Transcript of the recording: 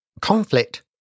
Conflict